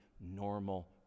normal